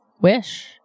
Wish